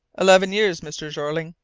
eleven years, mr. jeorling.